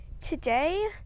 today